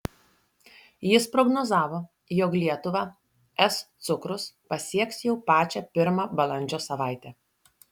jis prognozavo jog lietuvą es cukrus pasieks jau pačią pirmą balandžio savaitę